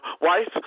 wife